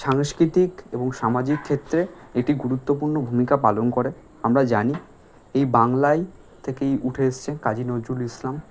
সাংস্কৃতিক এবং সামাজিক ক্ষেত্রে একটি গুরুত্বপূর্ণ ভূমিকা পালন করে আমরা জানি এই বাংলাই থেকে উঠে এসছে কাজী নজরুল ইসলাম